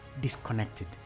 disconnected